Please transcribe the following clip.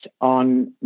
on